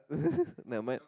nevermind